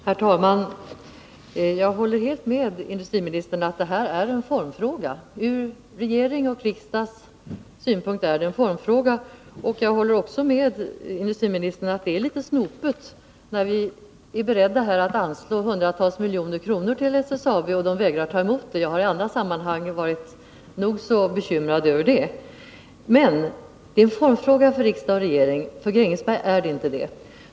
Herr talman! Jag håller helt med industriministern om att det här är en formfråga ur regeringens och riksdagens synpunkt. Jag håller också med industriministern om att det är litet snopet när man är beredd att anslå hundratals miljoner till SSAB och företaget vägrar att ta emot pengarna. Jag har i andra sammanhang varit nog så bekymrad över det. Det är alltså en formfråga för riksdagen och för regeringen, men för Grängesberg är det inte det.